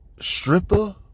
stripper